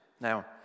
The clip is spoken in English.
now